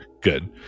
Good